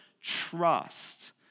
trust